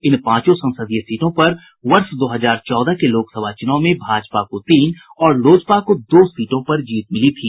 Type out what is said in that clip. इन पांचों संसदीय सीटों पर वर्ष दो हजार चौदह के लोकसभा चुनाव में भाजपा को तीन और लोजपा को दो सीटों पर जीत मिली थी